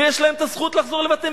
ויש להם הזכות לחזור לבתיהם.